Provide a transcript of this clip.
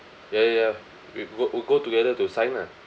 ya ya ya we go will go together to sign lah